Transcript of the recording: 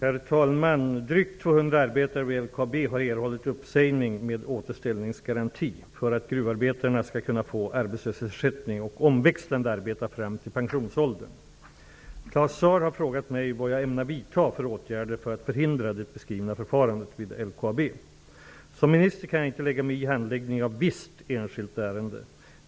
Herr talman! Drygt 200 arbetare vid LKAB har erhållit uppsägning med återanställningsgaranti, för att gruvarbetarna skall kunna få arbetslöshetsersättning och omväxlande arbeta fram till pensionsåldern. Claus Zaar har frågat mig vad jag ämnar vidta för åtgärder för att förhindra det beskrivna förfarandet vid LKAB. Som minister kan jag inte lägga mig i handläggningen av visst enskilt ärende.